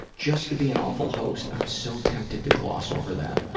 just to be an awful host, i'm so tempted to gloss over that.